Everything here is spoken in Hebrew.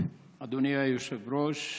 אדוני היושב-ראש,